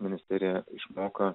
ministrė išmoka